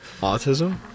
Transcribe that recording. autism